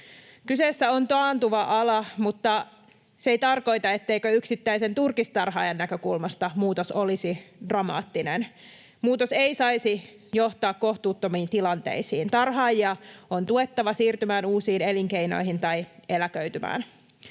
Kyseessä on taantuva ala, mutta se ei tarkoita, etteikö yksittäisen turkistarhaajan näkökulmasta muutos olisi dramaattinen. Muutos ei saisi johtaa kohtuuttomiin tilanteisiin. Tarhaajia on tuettava siirtymään uusiin elinkeinoihin tai eläköitymään.